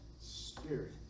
spirit